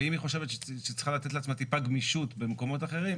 ואם היא חושבת שהיא צריכה לתת לעצמה טיפה גמישות במקומות אחרים.